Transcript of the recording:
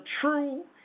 true